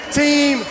team